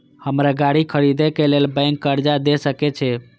हमरा गाड़ी खरदे के लेल बैंक कर्जा देय सके छे?